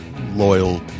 loyal